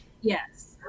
Yes